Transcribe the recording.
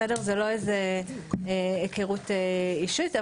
זה לא איזה היכרות אישית.